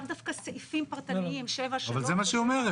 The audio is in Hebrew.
לאו דווקא סעיפים פרטניים 7(3) או 7(4). אבל זה מה שהיא אומרת.